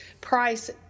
price